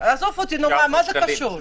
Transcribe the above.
מה שאני